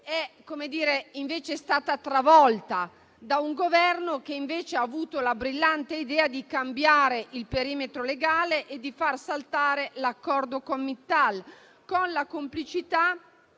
è stata travolta invece da un Governo che ha avuto la brillante idea di cambiare il perimetro legale e di far saltare l'accordo con Mittal, con la complicità